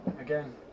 again